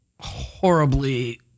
horribly